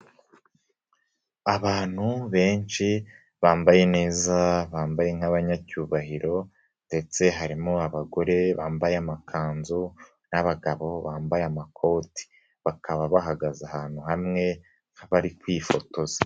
Abantu benshi bambaye neza, bambaye nk'abanyacyubahiro ndetse harimo abagore bambaye amakanzu n'abagabo bambaye amakoti. Bakaba bahagaze ahantu hamwe, nk'abari kwifotoza.